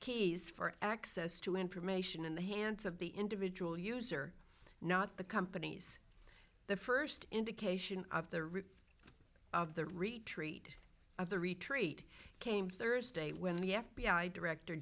keys for access to information in the hands of the individual user not the companies the first indication of the root of the retreat of the retreat came thursday when the f b i director